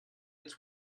its